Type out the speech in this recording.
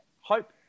hope